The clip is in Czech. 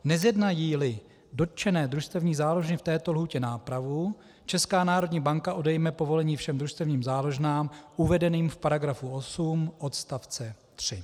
Nezjednajíli dotčené družstevní záložny v této lhůtě nápravu, Česká národní banka odejme povolení všem družstevním záložnám uvedeným v § 8 odst. 3.